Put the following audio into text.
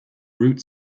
root